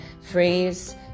phrase